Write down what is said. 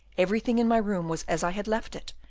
everything in my room was as i had left it,